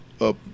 up